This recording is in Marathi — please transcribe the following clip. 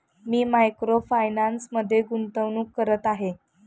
मी मायक्रो फायनान्समध्ये गुंतवणूक करत आहे